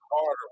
harder